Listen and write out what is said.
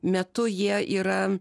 metu jie yra